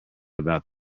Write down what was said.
about